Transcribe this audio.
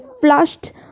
flushed